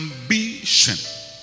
ambition